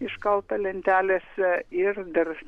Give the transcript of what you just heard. iškalta lentelėse ir dar